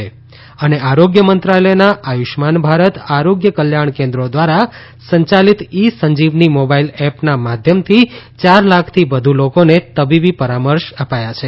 ત આરોગ્ય મંત્રાલયના આયુષ્માન ભારત આરોગ્ય કલ્યાણ કેન્દ્રો ધ્વારા સંયાલિત ઇ સંજીવની મોબાઇલ એપના માધ્યમથી ચાર લાખથી વધુ લોકોને તબીબી પરામર્શ અપાયા છે